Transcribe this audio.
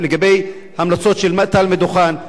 לגבי המלצות שאמרת על הדוכן.